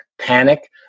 panic